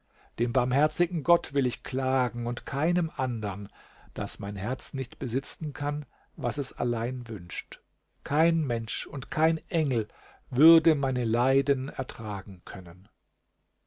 dem barmherzigen gott will ich klagen und keinem andern daß mein herz nicht besitzen kann was es allein wünscht kein mensch und kein engel würde meine leiden ertragen können